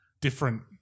different